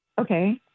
Okay